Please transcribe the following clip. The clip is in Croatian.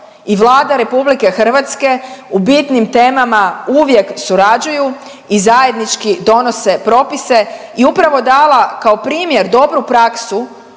i Vlada RH u bitnim temama uvijek surađuju i zajednički donose propise i upravo dala kao primjer dobru praksu